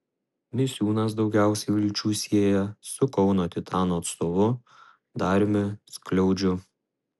misiūnas daugiausia vilčių sieja su kauno titano atstovu dariumi skliaudžiu